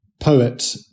poet